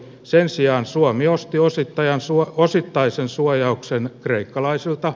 sen sijaan suomi osti osittain suo osittaisen suojauksen kreikkalaiselta